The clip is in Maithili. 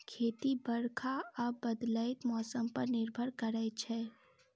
खेती बरखा आ बदलैत मौसम पर निर्भर करै छै